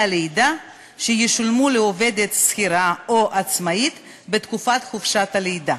הלידה שישולמו לעובדת שכירה או עצמאית בתקופת חופשת הלידה.